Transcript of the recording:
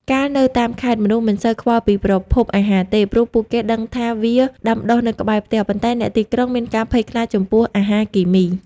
កាលនៅតាមខេត្ត មនុស្សមិនសូវខ្វល់ពីប្រភពអាហារទេ ព្រោះពួកគេដឹងថាវាដាំដុះនៅក្បែរផ្ទះ ប៉ុន្តែអ្នកទីក្រុងមានការភ័យខ្លាចចំពោះ "អាហារគីមី"។